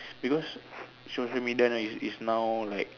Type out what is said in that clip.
because social media now is now like